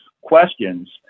questions